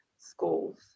schools